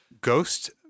Ghost